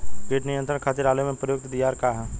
कीट नियंत्रण खातिर आलू में प्रयुक्त दियार का ह?